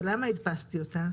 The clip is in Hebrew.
ולמה הדפסתי אותה,